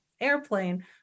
airplane